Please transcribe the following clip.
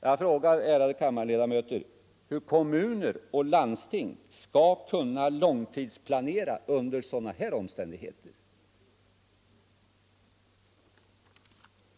Jag frågar, ärade kammarledamöter: Hur skall kommuner och landsting kunna långtidsplanera under sådana omständigheter?